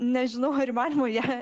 nežinau ar įmanoma ją